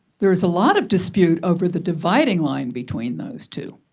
there is a lot of dispute over the dividing line between those two.